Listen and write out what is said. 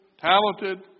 talented